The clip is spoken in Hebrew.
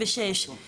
היא